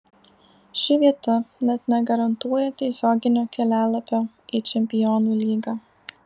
ši vieta net negarantuoja tiesioginio kelialapio į čempionų lygą